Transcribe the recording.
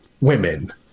women